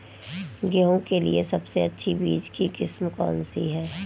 गेहूँ के लिए सबसे अच्छी बीज की किस्म कौनसी है?